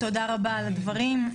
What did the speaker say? תודה רבה על הדברים.